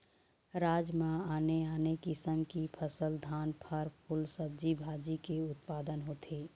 राज म आने आने किसम की फसल, धान, फर, फूल, सब्जी भाजी के उत्पादन होथे